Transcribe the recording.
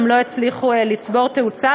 הם לא הצליחו לצבור תאוצה,